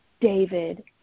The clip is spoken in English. David